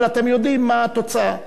אבל אתם יודעים מה התוצאה.